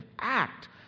act